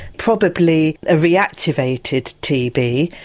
probably ah reactivated tb.